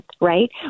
right